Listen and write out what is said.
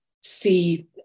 see